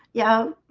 yeah,